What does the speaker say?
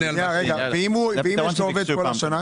ואם יש לו עובד כל השנה?